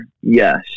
Yes